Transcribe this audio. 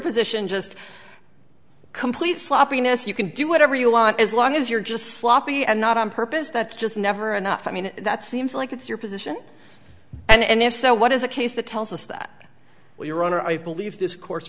position just complete sloppiness you can do whatever you want as long as you're just sloppy and not on purpose that's just never enough i mean that seems like it's your position and if so what is a case that tells us that your honor i believe this course